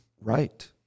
Right